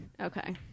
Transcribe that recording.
Okay